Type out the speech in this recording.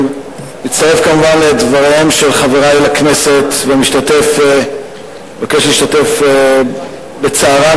אני מצטרף כמובן לדבריהם של חברי לכנסת ומבקש להשתתף בצערן